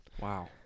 wow